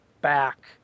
back